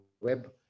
web